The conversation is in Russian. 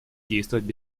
действовать